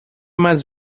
mais